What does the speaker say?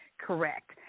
correct